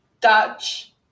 Dutch